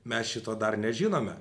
mes šito dar nežinome